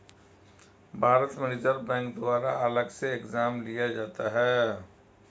भारत में reserve bank द्वारा अलग से एग्जाम लिया जाता है